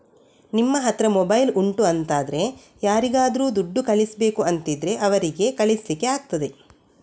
ನಿಮ್ಮ ಹತ್ರ ಮೊಬೈಲ್ ಉಂಟು ಅಂತಾದ್ರೆ ಯಾರಿಗಾದ್ರೂ ದುಡ್ಡು ಕಳಿಸ್ಬೇಕು ಅಂತಿದ್ರೆ ಅವರಿಗೆ ಕಳಿಸ್ಲಿಕ್ಕೆ ಆಗ್ತದೆ